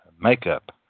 makeup